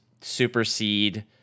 supersede